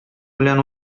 белән